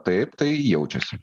taip tai jaučiasi